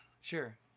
Sure